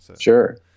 sure